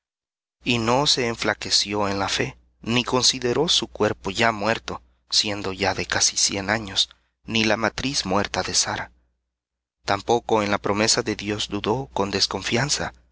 y no se enflaqueció en la fe ni consideró su cuerpo ya muerto siendo ya de casi cien años ni la matriz muerta de sara tampoco en la promesa de dios dudó con desconfianza